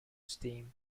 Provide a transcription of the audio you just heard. steam